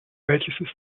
welches